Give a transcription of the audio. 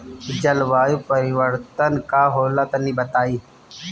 जलवायु परिवर्तन का होला तनी बताई?